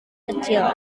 kecil